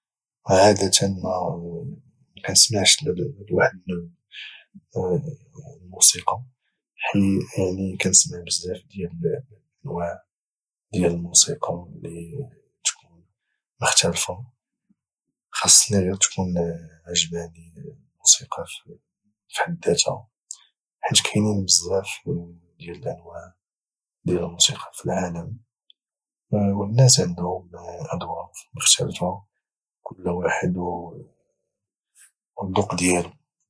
عاده ما كانسمعش لواحد النوع الموسيقى يعني كانسمع بزاف ديال الانواع ديال الموسيقى اللي تكون مختلفه خاصني غير تكون عجباني الموسيقى في حد داتها حيت كاينين بزاف ديال الانواع ديال الموسيقى في العالم والناس عندهم ادواق مختلفة كل واحد او الدوق ديالو